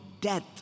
death